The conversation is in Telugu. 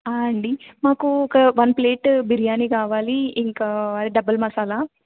అండి మాకు ఒక వన్ ప్లేట్ బిర్యానీ కావాలి ఇంకా డబల్ మసాలా